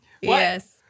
Yes